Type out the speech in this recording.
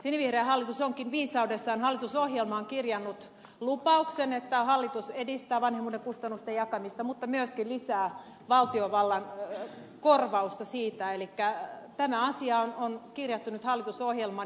sinivihreä hallitus onkin viisaudessaan hallitusohjelmaan kirjannut lupauksen että hallitus edistää vanhemmuuden kustannusten jakamista mutta myöskin lisää valtiovallan korvausta siitä elikkä tämä asia on kirjattu nyt hallitusohjelmaan